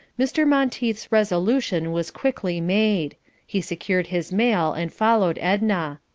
mr. monteith's resolution was quickly made he secured his mail and followed edna.